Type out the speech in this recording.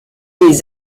des